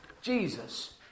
Jesus